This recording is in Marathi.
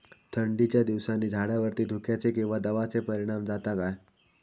थंडीच्या दिवसानी झाडावरती धुक्याचे किंवा दवाचो परिणाम जाता काय?